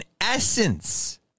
essence